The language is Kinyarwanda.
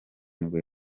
nibwo